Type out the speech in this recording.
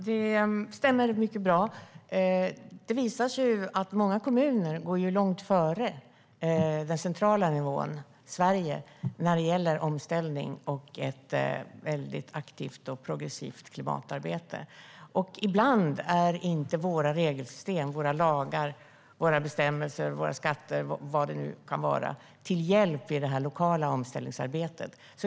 Herr talman! Det stämmer mycket bra. Det har visat sig att många kommuner ligger långt före den centrala nivån i omställningen och ett aktivt och progressivt klimatarbete. Ibland är våra regelsystem, våra lagar och våra bestämmelser inte till hjälp i det lokala omställningsarbetet.